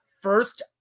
first